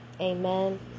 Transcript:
Amen